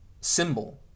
symbol